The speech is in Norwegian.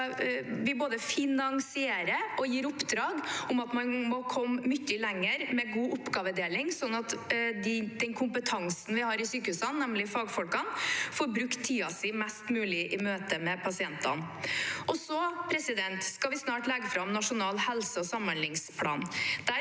finansierer og gir oppdrag om at man må komme mye lenger med god oppgavedeling, slik at den kompetansen vi har i sykehusene, nemlig fagfolkene, får brukt tiden sin mest mulig i møte med pasientene. Så skal vi snart legge fram Nasjonal helse- og samhandlingsplan.